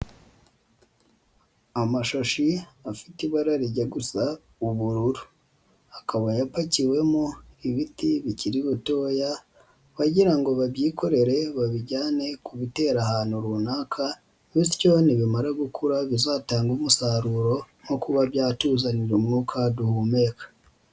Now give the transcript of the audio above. Amashashi afite ibara rijya gusa ubururu. Akaba yapakiwemo ibiti bikiri bitoya bagira ngo babyikorere babijyane kubitera ahantu runaka bityo nibimara gukura bizatange umusaruro nko kuba byatuzanira umwuka duhumeka.